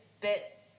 bit